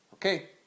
Okay